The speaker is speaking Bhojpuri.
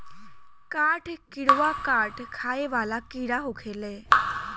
काठ किड़वा काठ खाए वाला कीड़ा होखेले